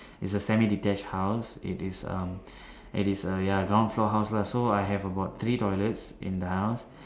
it's a semi detached house it is um it is a ya ground floor house lah so I have about three toilets in the house